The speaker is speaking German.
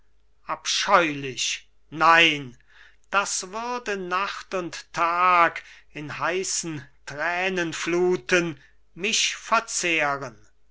abscheulich nein das würde nacht und tag in heißen thränenfluthen mich verzehren